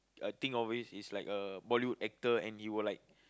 uh think of it it's like a Bollywood actor and he will like